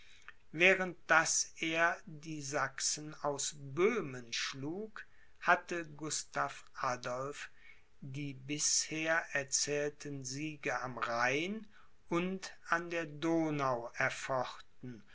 während daß er die sachsen aus böhmen schlug hatte gustav adolph die bisher erzählten siege am rhein und an der donau